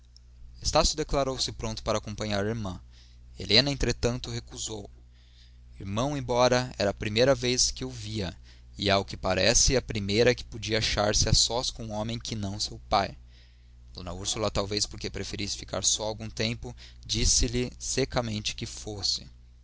pode conduzi la estácio declarou se pronto para acompanhar a irmã helena entretanto recusou irmão embora era a primeira vez que o via e ao que parece a primeira que podia achar-se a sós com um homem que não seu pai d úrsula talvez porque preferisse ficar só algum tempo disse-lhe secamente que fosse